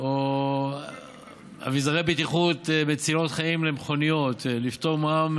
או אביזרי בטיחות מצילי חיים למכוניות, לפטור מע"מ